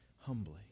humbly